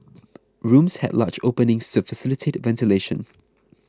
rooms had large openings sir facilitate ventilation